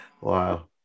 Wow